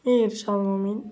मी